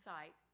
Sight